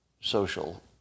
social